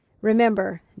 Remember